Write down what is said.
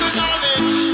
knowledge